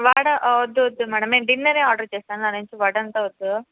వడ వద్దు వద్దు మేడం మేము డిన్నరే ఆర్డరు చేస్తాం ఆ నుంచి వడ అంత వద్దు